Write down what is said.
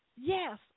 Yes